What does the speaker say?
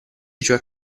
cioè